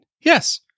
Yes